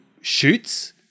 shoots